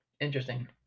interesting